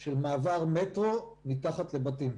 של מעבר מטרו מתחת לבתים.